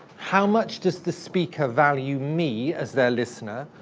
how much does the speaker value me as their listener?